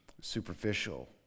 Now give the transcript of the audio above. superficial